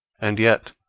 and yet,